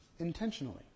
Intentionally